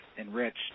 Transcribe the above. enriched